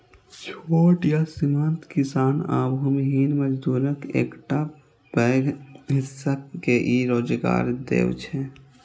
छोट आ सीमांत किसान आ भूमिहीन मजदूरक एकटा पैघ हिस्सा के ई रोजगार दै छै